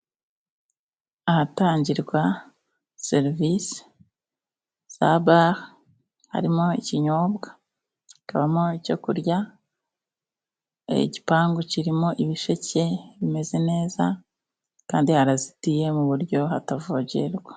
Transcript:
Ahatangirwa serivisi za bare, harimo ikinyobwa, hakabamo icyo kurya, igipangu kirimo ibisheke bimeze neza, kandi harazitiye mu buryo hatavogerwa.